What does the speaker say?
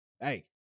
hey